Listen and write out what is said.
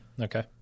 Okay